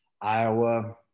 Iowa